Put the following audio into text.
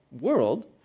world